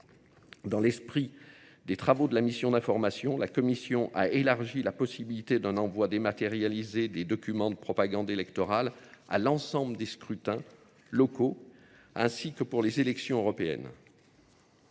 Dans l'esprit des travaux de la mission d'information, la Commission a élargi la possibilité d'un envoi dématérialisé des documents de propagande électorale à l'ensemble des scrutins locaux ainsi que pour les élections européennes.